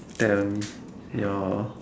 tell me your